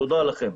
תודה לכם.